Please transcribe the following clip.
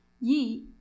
ye